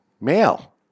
Male